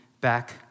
back